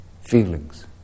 feelings